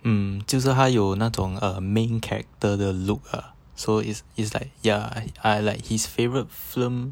mm 就是他有那种 main character 的 look ah so it's it's like ya I I like his favourite film